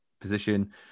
position